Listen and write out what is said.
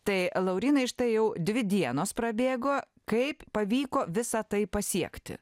tai laurynai štai jau dvi dienos prabėgo kaip pavyko visa tai pasiekti